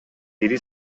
ири